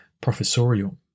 professorial